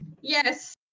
Yes